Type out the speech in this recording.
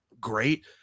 great